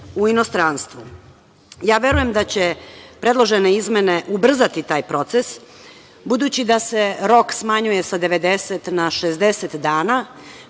u inostranstvu. Verujem da će predložene izmene ubrzati taj proces, budući da se rok smanjuje sa 90 na 60 dana,